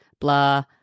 blah